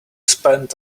spend